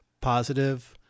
Positive